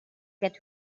get